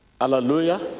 Hallelujah